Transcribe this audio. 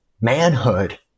manhood